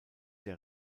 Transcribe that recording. der